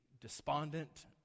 despondent